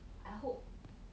I hope